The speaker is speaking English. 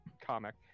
comic